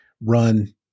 run